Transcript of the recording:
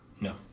no